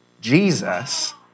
Jesus